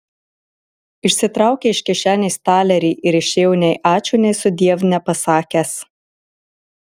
išsitraukė iš kišenės talerį ir išėjo nei ačiū nei sudiev nepasakęs